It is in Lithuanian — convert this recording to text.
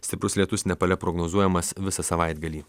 stiprus lietus nepale prognozuojamas visą savaitgalį